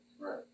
right